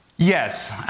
Yes